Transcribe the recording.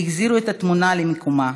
החזירה את התמונה למקומה.